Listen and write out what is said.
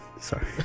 Sorry